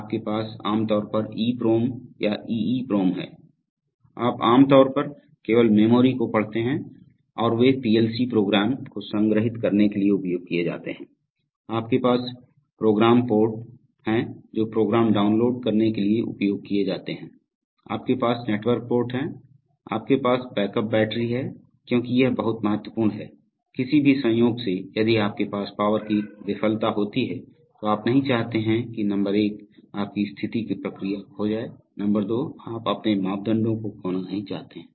आपके पास आम तौर पर EPROM या EEPROM हैं आप आमतौर पर केवल मेमोरी को पढ़ते हैं और वे पीएलसी प्रोग्राम को संग्रहीत करने के लिए उपयोग किए जाते हैं आपके पास प्रोग्रामर पोर्ट हैं जो प्रोग्राम डाउनलोड करने के लिए उपयोग किए जाते हैं आपके पास नेटवर्क पोर्ट हैं आपके पास बैकअप बैटरी है क्योंकि यह बहुत महत्वपूर्ण है किसी भी संयोग से यदि आपके पास पावर की विफलता होती है तो आप नहीं चाहते हैं कि नंबर एक आपकी स्थिति की प्रक्रिया खो जाए नंबर दो आप अपने मापदंडों को खोना नहीं चाहते हैं